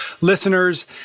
listeners